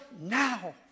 now